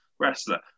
Wrestler